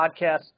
Podcast